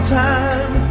time